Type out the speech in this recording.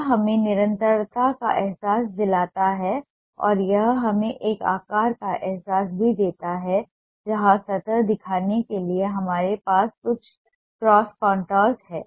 यह हमें निरंतरता का एहसास दिलाता है और यह हमें एक आकार का एहसास भी देता है जहां सतह दिखाने के लिए हमारे पास कुछ क्रॉस कंट्रोवर्स हैं